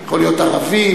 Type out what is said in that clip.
הוא יכול להיות ערבי,